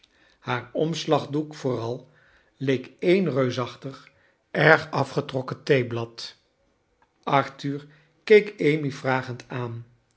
haar omslagdoek vooral leek een reusachtig erg afgetrokken theeblad arthur keek amy vragend aan